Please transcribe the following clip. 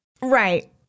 Right